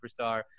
superstar